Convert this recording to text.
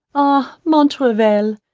ah montraville,